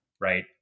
right